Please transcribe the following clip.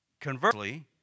Conversely